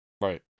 Right